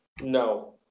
No